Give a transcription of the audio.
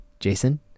Jason